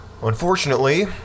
Unfortunately